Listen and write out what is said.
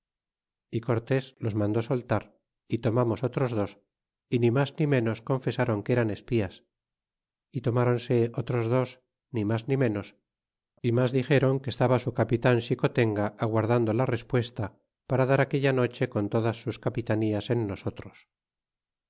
y cortés los mandó soltar y tomamos otros dos y ni mas ni menos confesaron que eran espías y tomronse otros dos ni mas ni menos y mas dixeron que estaba su capitan xicotenga aguardando la respuesta para dar aquella noche con todas sus capitanías en nosotros